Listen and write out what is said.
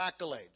accolades